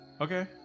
Okay